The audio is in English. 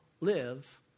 live